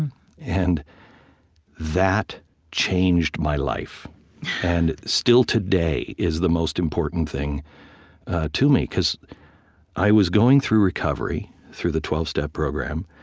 and and that changed my life and still, today, is the most important thing to me cause i was going through recovery, through the twelve step program,